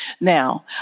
Now